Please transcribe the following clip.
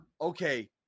okay